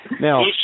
Now